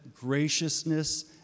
graciousness